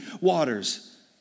waters